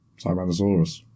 Tyrannosaurus